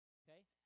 okay